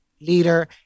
leader